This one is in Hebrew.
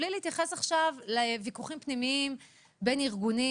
בלי להתייחס עכשיו לוויכוחים פנימיים בין ארגונים.